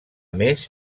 més